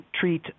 treat